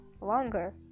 longer